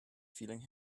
feeling